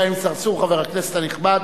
השיח' אברהים צרצור, חבר הכנסת הנכבד.